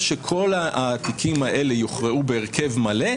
שכל התיקים האלה יוכרעו בהרכב מלא,